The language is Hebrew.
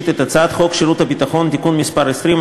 את הצעת חוק שירות ביטחון (תיקון מס' 20),